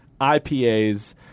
IPAs